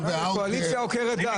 והאוזר.